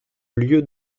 lieu